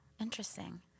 interesting